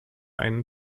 einen